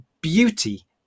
beauty